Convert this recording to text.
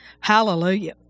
Hallelujah